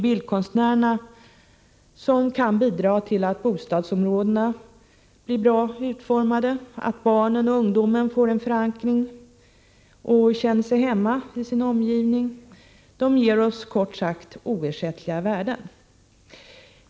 Bildkonstnärerna kan bidra till att bostadsområdena blir bra utformade, att barnen och ungdomarna får en förankring och känner sig hemma i sin omgivning. De ger oss kort sagt oersättliga värden.